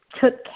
took